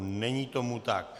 Není tomu tak.